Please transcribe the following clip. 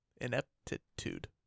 Ineptitude